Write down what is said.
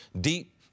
deep